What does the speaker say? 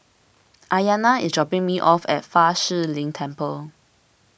Aiyana is dropping me off at Fa Shi Lin Temple